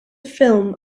film